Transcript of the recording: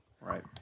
right